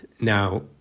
Now